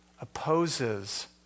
opposes